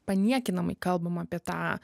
paniekinamai kalbama apie tą